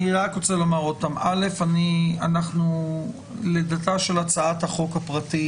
אני רק רוצה לומר שוב שלידתה של הצעת החוק הפרטית